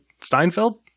steinfeld